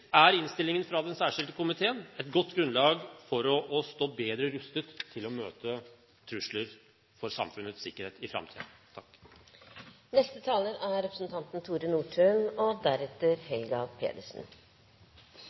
er innstillingen fra Den særskilte komité et godt grunnlag for å stå bedre rustet til å møte trusler mot samfunnets sikkerhet i framtiden. I likhet med mange andre vil også jeg berømme 22. juli-komiteen for dens arbeid og,